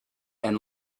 and